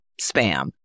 Spam